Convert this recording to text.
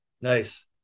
nice